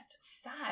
sad